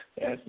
Yes